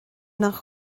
nach